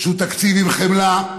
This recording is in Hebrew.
שהוא תקציב עם חמלה,